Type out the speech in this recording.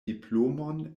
diplomon